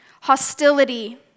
hostility